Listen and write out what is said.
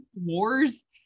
wars